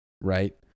right